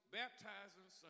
baptizing